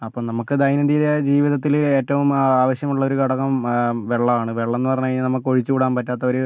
അപ്പോൾ നമുക്ക് ദൈനം ദിന ജീവിതത്തില് ഏറ്റവും ആവശ്യമുള്ള ഒരു ഘടകം വെള്ളമാണ് വെള്ളം എന്ന് പറഞ്ഞ് കഴിഞ്ഞാൽ നമുക്ക് ഒഴിച്ചുകൂടാൻ പറ്റാതൊരു